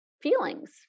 feelings